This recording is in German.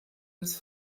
des